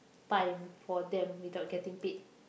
time for them without getting paid